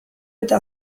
eta